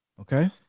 Okay